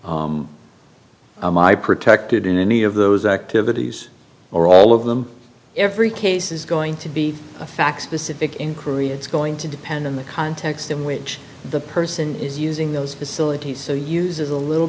cafeteria my protected in any of those activities or all of them every case is going to be a fact specific inquiry it's going to depend on the context in which the person is using those facilities so use is a little